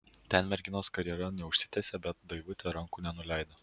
ten merginos karjera neužsitęsė bet daivutė rankų nenuleido